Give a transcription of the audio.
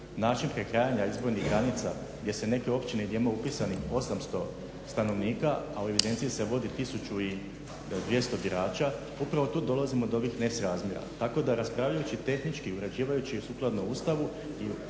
način prekrajanja izbornih granica gdje se neke općine gdje ima upisanih 800 stanovnika, a u evidenciji se vodi 1200 birača, upravo tu dolazimo do ovih nesrazmjera. Tako da raspravljajući tehnički i uređivajući sukladno Ustavu